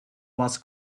was